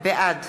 בעד